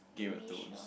Game-of-Thrones